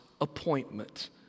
appointment